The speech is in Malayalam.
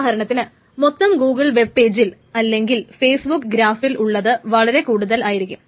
ഉദാഹരണത്തിന് മൊത്തം ഗുഗിൾ വെബ് പേജിൽ അല്ലെങ്കിൽ ഫേസ്ബുക്ക് ഗ്രാഫിൽ ഉള്ളത് വളരെ കൂടുതൽ ആയിരിക്കും